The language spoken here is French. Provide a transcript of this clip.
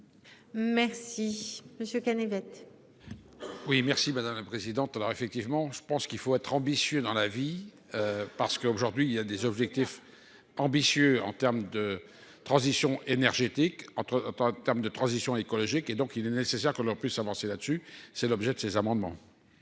Merci monsieur K. Oui merci madame la présidente. Alors effectivement je pense qu'il faut être ambitieux dans la vie. Parce qu'aujourd'hui il y a des objectifs. Ambitieux en termes de transition énergétique entre terme de transition écologique. Et donc il est nécessaire leur plus avancer là-dessus. C'est l'objet de ces amendements.